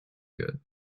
good